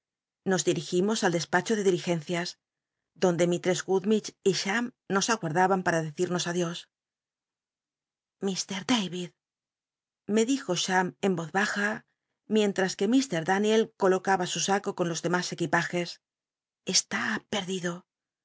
nos dirigimos al despacho de diligencias donde mislcss gummidgc y cham nos aguardaban para decirnos adios mi da id me dijo cham en voz baja mientras que daniel colocaba su saco con los demas eqnipa jes eshí perdido